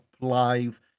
live